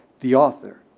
the author,